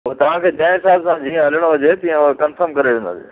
पोइ तव्हांखे जंहिं हिसाब सां जीअं हलणो हुजे तीअं उहो कंफ़र्म करे वेंदासीं